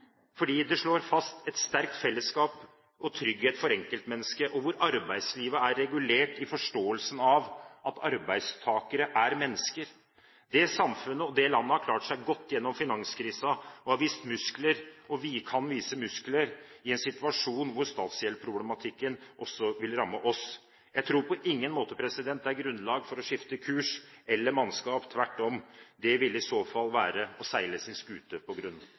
fordi det slår fast et sterkt fellesskap og trygghet for enkeltmennesket, der arbeidslivet er regulert i forståelsen av at arbeidstakere er mennesker. Dette samfunnet, dette landet har klart seg godt gjennom finanskrisen. Vi kan vise muskler i en situasjon hvor statsgjeldsproblematikken også vil ramme oss. Jeg tror på ingen måte det er grunnlag for å skifte kurs eller mannskap – tvert om. Det ville i så fall være å seile sin skute på grunn.